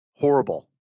horrible